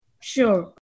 Sure